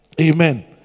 Amen